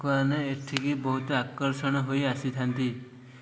ଲୋକମାନେ ଏଠିକି ବହୁତ ଆକର୍ଷଣ ହୋଇ ଆସିଥାନ୍ତି